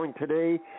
Today